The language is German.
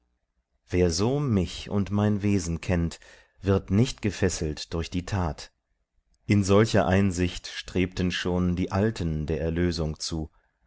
wer so mich und mein wesen kennt wird nicht gefesselt durch die tat in solcher einsicht strebten schon die alten der erlösung zu